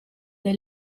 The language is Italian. dai